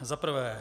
Za prvé.